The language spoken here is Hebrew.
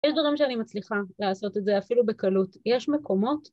יש דברים שאני מצליחה לעשות את זה אפילו בקלות, יש מקומות.